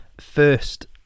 first